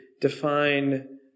define